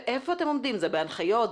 זה בהנחיות,